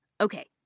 Okay